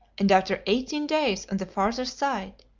and after eighteen days on the farther side,